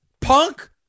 Punk